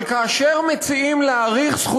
אבל כאשר מציעים להאריך את תקופת ההגנה